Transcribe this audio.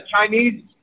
Chinese